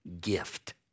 gift